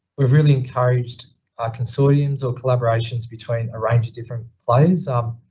we've really encouraged consortiums or collaborations between a range of different players. um,